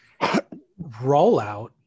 rollout